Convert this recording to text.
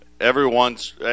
Everyone's